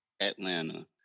Atlanta